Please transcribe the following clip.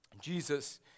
Jesus